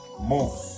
Move